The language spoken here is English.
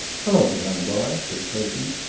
hello, dunbar, said clayton,